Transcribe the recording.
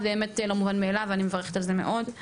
זה באמת לא מובן מאליו ואני מברכת על זה מאוד.